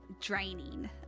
draining